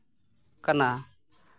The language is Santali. ᱠᱟᱱᱟ